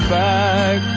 back